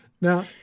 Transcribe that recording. Now